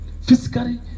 physically